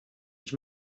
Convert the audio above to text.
ich